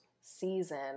season